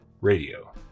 radio